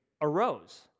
arose